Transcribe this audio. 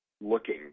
looking